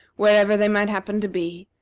wherever they might happen to be,